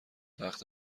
وقت